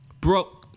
Bro